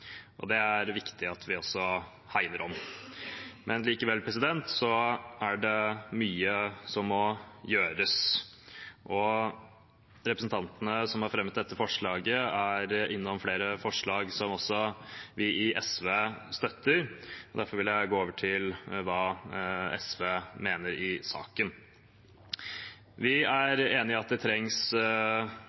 Det er det viktig at vi hegner om. Likevel er det mye som må gjøres. Representantene som har fremmet dette forslaget, er innom flere forslag som også vi i SV støtter. Derfor vil jeg gå over til hva SV mener i saken. Vi er enig i at det trengs